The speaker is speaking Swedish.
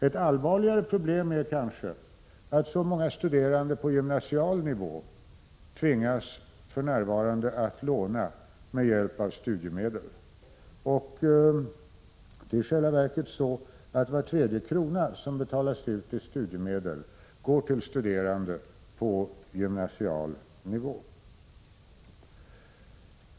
Ett allvarligare problem är kanske att så många studerande på gymnasial nivå för närvarande tvingas låna med hjälp av studiemedel. Det är i själva verket så, att var tredje krona som betalas ut i studiemedel går till studerande på gymnasial nivå.